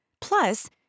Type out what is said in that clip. Plus